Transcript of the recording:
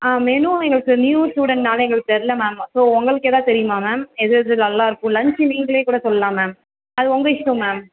ஆ menu எங்களுக்கு new ஸ்டூடெண்ட்னால எங்களுக்கு தெரில மேம் ஸோ உங்களுக்கு எதாவது தெரியுமா மேம் எதாது நல்லாயிருக்கும் லன்ச் நீங்களே கூட சொல்லலாம் மேம் அது உங்கள் இஷ்டம் மேம்